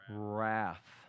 wrath